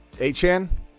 hn